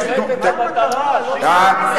תפרט את המטרה, אמצעי בשביל לשרת את העם.